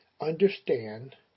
understand